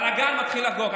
הבלגן מתחיל לחגוג.